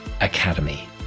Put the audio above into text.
Academy